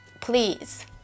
please